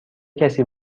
کسی